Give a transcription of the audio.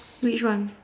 which one